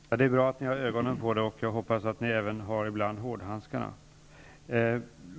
Herr talman! Det är bra att ni har ögonen på det. Jag hoppas att ni även ibland har hårdhandskarna på.